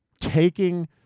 taking